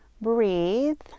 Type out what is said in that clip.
breathe